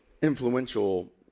influential